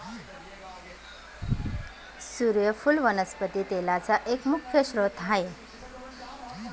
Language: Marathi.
सुर्यफुल वनस्पती तेलाचा एक मुख्य स्त्रोत आहे